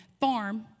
farm